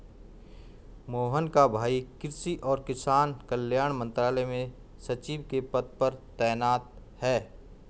मोहन का भाई कृषि और किसान कल्याण मंत्रालय में सचिव के पद पर तैनात है